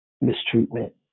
mistreatment